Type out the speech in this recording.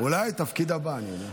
אולי התפקיד הבא, אני יודע.